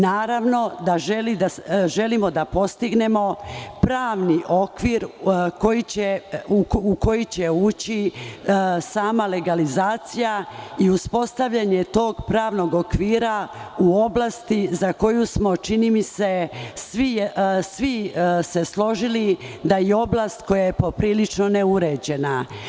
Naravno, da želimo da postignemo pravni okvir u koji će ući sama legalizacija i uspostavljanje tog pravnog okvira u oblasti za koju smo čini mi se svi se složili da i oblast koja je poprilično neuređena.